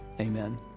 amen